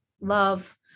love